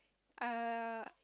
uh